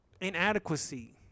inadequacy